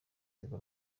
tigo